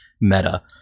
meta